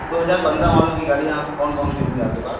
दो हजार पंद्रह मॉडल की गाड़ियाँ कौन कौन सी होंगी आपके पास